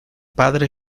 padre